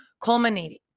culminating